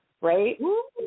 right